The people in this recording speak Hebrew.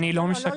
אני לא משקר.